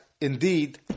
indeed